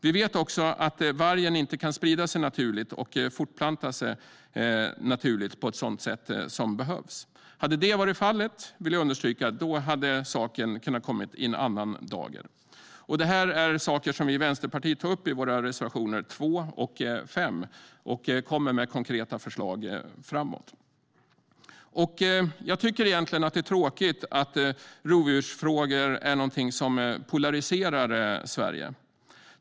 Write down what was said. Vi vet också att vargen inte kan sprida och fortplanta sig naturligt på ett sådant sätt som behövs. Hade det varit fallet, vill jag understryka, hade saken kunnat komma i en annan dager. Detta är saker vi i Vänsterpartiet tar upp i våra reservationer 2 och 5, där vi kommer med konkreta förslag framåt. Jag tycker egentligen att det är tråkigt att rovdjursfrågor är någonting som polariserar Sverige.